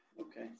Okay